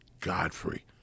Godfrey